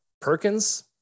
perkins